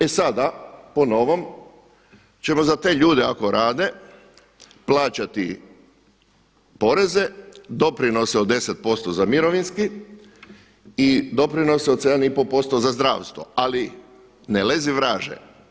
E sada, po novom, ćemo za te ljude ako rade plaćati poreze, doprinose od 10 posto za mirovinski i doprinose od 7,5 posto za zdravstvo, ali ne lezi vraže!